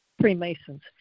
Freemasons